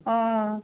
অঁ